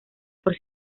por